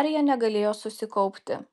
arija negalėjo susikaupti